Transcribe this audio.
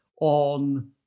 on